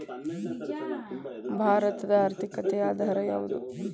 ಭಾರತದ ಆರ್ಥಿಕತೆಯ ಆಧಾರ ಯಾವುದು?